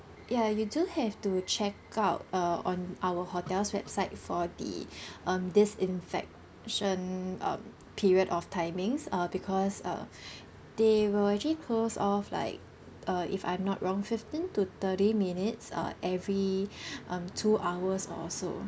ya you do have to check out uh on our hotel's website for the um disinfection um period of timings uh because uh they will actually close off like uh if I'm not wrong fifteen to thirty minutes uh every um two hours or so